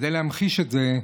כדי להמחיש את זה,